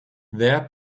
there